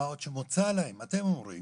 מה עוד שמוצע להם - אתם אומרים